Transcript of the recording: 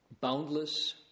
boundless